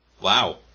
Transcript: Wow